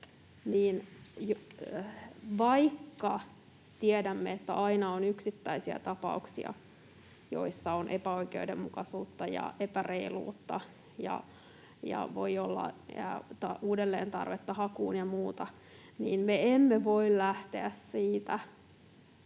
vaikka tiedämme, että aina on yksittäisiä tapauksia, joissa on epäoikeudenmukaisuutta ja epäreiluutta ja voi olla uudelleen tarvetta hakuun ja muuta, me emme voi lähteä siitä